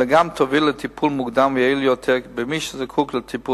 אלא גם תוביל לטיפול מוקדם ויעיל יותר במי שזקוק לטיפול